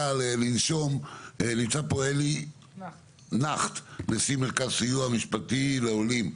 נמצא פה אלי נכט, נשיא מרכז סיוע משפטי לעולים.